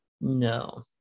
No